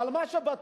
אבל מה שבטוח,